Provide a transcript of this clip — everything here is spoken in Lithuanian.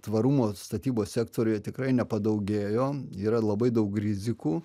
tvarumo statybos sektoriuje tikrai nepadaugėjo yra labai daug rizikų